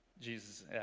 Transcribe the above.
Jesus